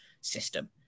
system